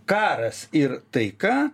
karas ir taika